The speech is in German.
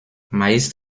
meist